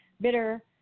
bitter